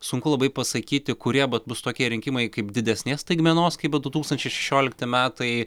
sunku labai pasakyti kurie vat bus tokie rinkimai kaip didesnės staigmenos kaip buvo du tūkstančiai šešiolikti metai